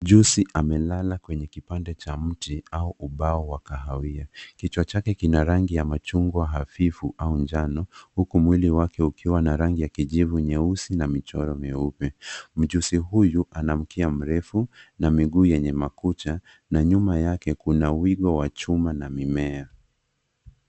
Mjusi amelala kwenye kipande cha mti au ubao wa kahawia kichwa chake kina rangi ya machungwa hafifu au njano huku mwili wake ukiwa na rangi ya kijivu nyeusi na michoro mieupe mjusi huyu ana mkia mrefu na miguu yenye makucha na nyuma yake kuna wigo wa chuma na mimea.